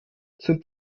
sind